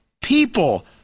people